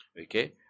Okay